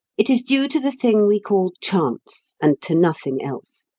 it is due to the thing we call chance, and to nothing else.